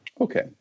Okay